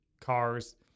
cars